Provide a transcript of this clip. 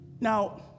Now